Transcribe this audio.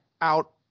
out